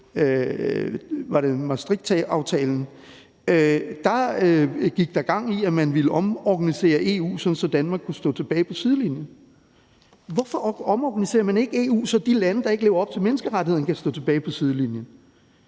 acceptere Maastrichtaftalen, var det vist, kom der gang i, at man ville omorganisere EU, sådan at Danmark kunne stå tilbage på sidelinjen. Hvorfor omorganiserer man ikke EU, så de lande, der ikke lever op til menneskerettighederne, kan stå tilbage på sidelinjen?